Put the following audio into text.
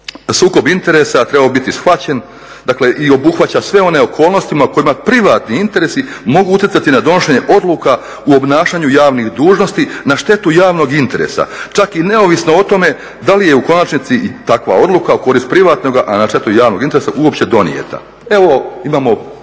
sukob interesa trebao biti shvaćen, dakle i obuhvaća sve one okolnosti kojima privatni interesi mogu utjecati na donošenje odluka u obnašanju javnih dužnosti na štetu javnog interesa, čak i neovisno o tome da li je u konačnici i takva odluka u korist privatnog, a na štetu javnog interesa uopće donijeta. Evo, imamo